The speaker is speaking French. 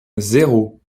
zéro